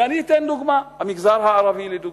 ואני אתן דוגמה, המגזר הערבי לדוגמה.